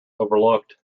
overlooked